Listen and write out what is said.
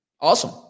Awesome